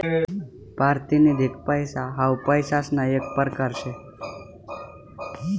पारतिनिधिक पैसा हाऊ पैसासना येक परकार शे